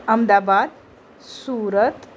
Ahmedabad Surat